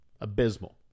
abysmal